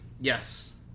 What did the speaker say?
yes